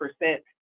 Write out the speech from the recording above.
percent